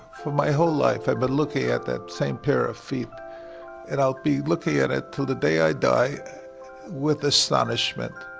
for my whole life, i've been but looking at that same pair of feet and i'll be looking at it till the day i die with astonishment.